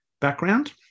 background